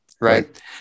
Right